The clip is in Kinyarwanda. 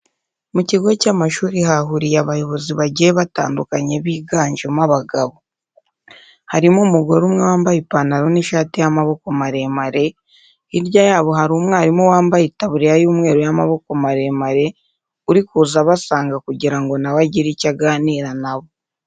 Mu kigo cy'amashuri hahuriye abayobozi bagiye batandukanye biganjemo abagabo. Harimo umugore umwe wambaye ipantaro n'ishati y'amaboko maremare, hirya yabo hari umwarimu wambaye itaburiya y'umweru y'amaboko maremare uri kuza abasanga kugira ngo na we agire icyo aganira na bo.